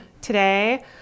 today